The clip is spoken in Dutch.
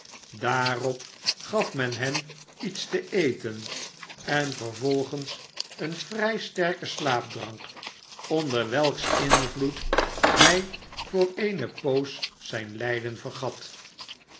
daarop gaf men hem iets te eten en vervolgens een vrij sterken slaapdrank onder welks invloed hij voor eene poos zijn lijden vergat